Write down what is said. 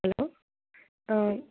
hello